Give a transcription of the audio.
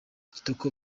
kitoko